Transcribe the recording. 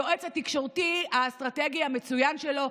היועץ התקשורתי האסטרטגי המצוין שלו,